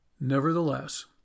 Nevertheless